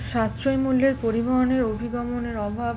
সাশ্রয় মূল্যের পরিবহনের অভিগমনের অভাব